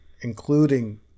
including